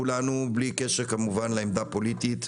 כולנו בלי קשר לעמדה פוליטית,